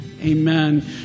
Amen